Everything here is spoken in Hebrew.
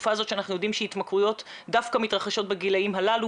בתקופה הזאת שאנחנו יודעים שהתמכרויות דווקא מתרחשות בגילים הללו,